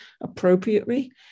appropriately